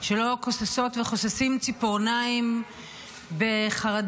שלא כוססות וכוססים ציפורניים בחרדה